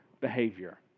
behavior